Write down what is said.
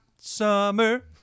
Summer